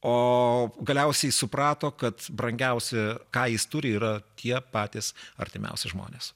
o galiausiai suprato kad brangiausi ką jis turi yra tie patys artimiausi žmonės